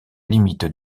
limite